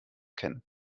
kennen